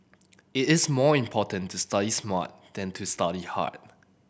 it is more important to study smart than to study hard